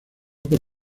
por